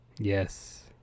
Yes